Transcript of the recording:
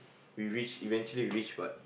we reach eventually we reach what